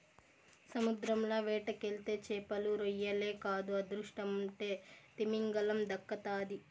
సముద్రంల వేటకెళ్తే చేపలు, రొయ్యలే కాదు అదృష్టముంటే తిమింగలం దక్కతాది